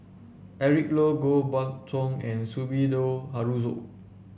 Eric Low Koh Buck Song and Sumida Haruzo